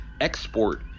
export